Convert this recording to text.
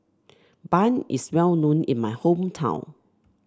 bun is well known in my hometown